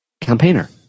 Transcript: campaigner